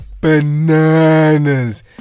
Bananas